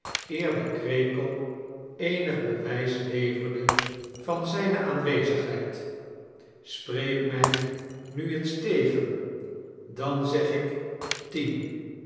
de krekel eenig bewijs leverde van zijne aanwezigheid spireek mij nu eens tegen dan zeg ik tien